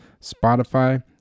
Spotify